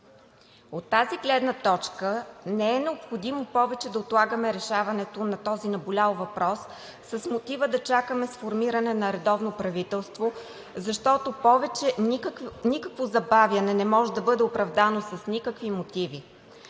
От тази гледна точка не е необходимо повече да отлагаме решаването на този наболял въпрос с мотива да чакаме сформирането на редовно правителство, защото никакво забавяне не може да бъде оправдано с никакви мотиви.